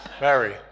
Mary